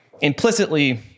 implicitly